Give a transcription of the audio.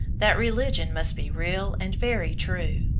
that religion must be real and very true.